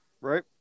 Right